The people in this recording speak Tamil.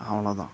அவ்வளோ தான்